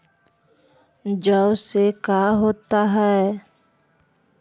जौ से का होता है?